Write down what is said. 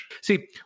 See